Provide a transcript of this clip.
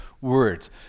words